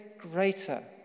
greater